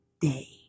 day